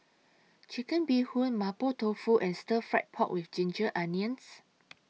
Chicken Bee Hoon Mapo Tofu and Stir Fry Pork with Ginger Onions